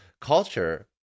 Culture